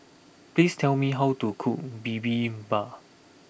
please tell me how to cook Bibimbap